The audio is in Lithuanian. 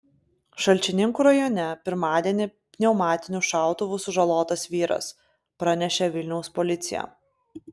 šalčininkų rajone pirmadienį pneumatiniu šautuvu sužalotas vyras pranešė vilniaus policija